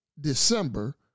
December